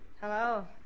Hello